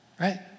right